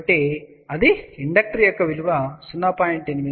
కాబట్టి అది ఇండక్టర్ యొక్క విలువ 0